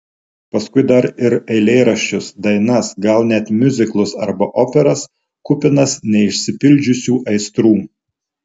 paskui dar ir eilėraščius dainas gal net miuziklus arba operas kupinas neišsipildžiusių aistrų